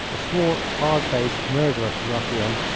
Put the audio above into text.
a swart, hard-faced, murderous ruffian,